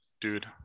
dude